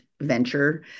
venture